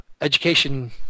Education